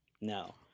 No